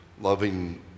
loving